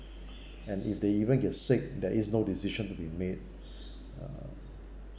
and if they even get sick there is no decision to be made uh